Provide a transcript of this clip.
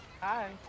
Hi